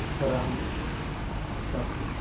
Rahul Pappu